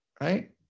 right